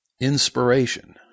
Inspiration